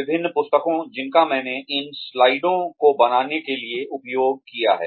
विभिन्न पुस्तकों जिनका मैंने इन स्लाइडों को बनाने के लिए उपयोग किया है